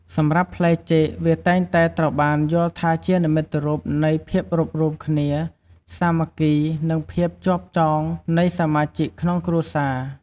សម្រាប់ផ្លែចេក វាតែងតែត្រូវបានយល់ថាជានិមិត្តរូបនៃភាពរួបរួម គ្នា សាមគ្គី និងភាពជាប់ចងនៃសមាជិកក្នុងគ្រួសារ។